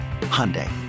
Hyundai